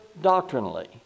doctrinally